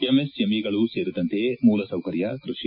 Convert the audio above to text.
ಎಂಎಸ್ಎಂಇಗಳು ಸೇರಿದಂತೆ ಮೂಲಸೌಕರ್ಯ ಕ್ಕಷಿ